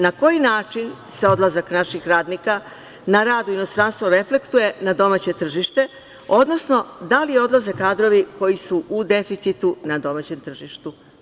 Na koji način se odlazak naših radnika na rad u inostranstvo reflektuje na domaće tržište, odnosno da li odlaze kadrovi koji su u deficitu na domaćem tržištu?